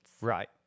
Right